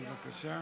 בבקשה.